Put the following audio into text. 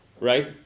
Right